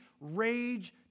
rage